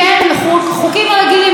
על החוקים הרגילים,